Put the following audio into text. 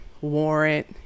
warrant